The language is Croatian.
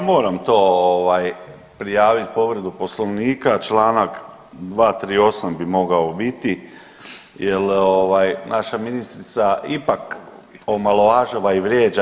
Ja moram to ovaj prijavit povredu Poslovnika, čl. 238. bi mogao biti jel ovaj naša ministrica ipak omalovažava i vrijeđa.